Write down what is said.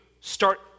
start